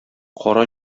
кара